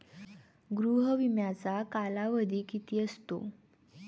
गृह विम्याचा कालावधी किती असतो?